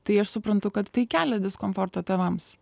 tai aš suprantu kad tai kelia diskomforto tėvams